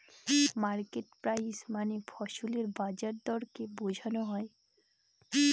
market price মানে ফসলের বাজার দরকে বোঝনো হয়